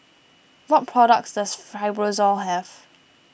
what products does Fibrosol have